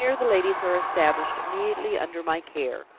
here the ladies are established immediately under my care,